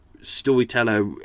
storyteller